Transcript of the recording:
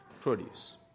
produce